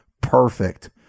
perfect